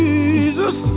Jesus